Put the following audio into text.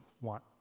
want